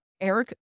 Eric